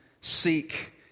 seek